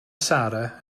sara